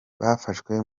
bafashwe